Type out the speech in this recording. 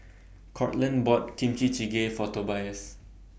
Courtland bought Kimchi Jjigae For Tobias